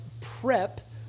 prep